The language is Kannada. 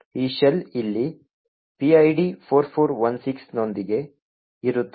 ಈ ಶೆಲ್ ಇಲ್ಲಿ PID 4416 ನೊಂದಿಗೆ ಇರುತ್ತದೆ